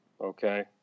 Okay